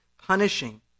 punishing